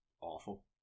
awful